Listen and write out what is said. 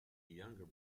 younger